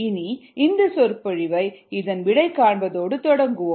இனி இந்த சொற்பொழிவை இதன் விடை காண்பதோடு தொடங்குவோம்